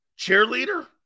Cheerleader